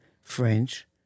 French